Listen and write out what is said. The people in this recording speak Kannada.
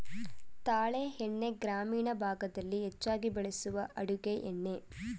ತಾಳೆ ಎಣ್ಣೆ ಗ್ರಾಮೀಣ ಭಾಗದಲ್ಲಿ ಹೆಚ್ಚಾಗಿ ಬಳಸುವ ಅಡುಗೆ ಎಣ್ಣೆ